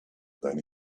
then